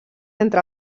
entre